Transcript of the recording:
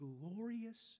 glorious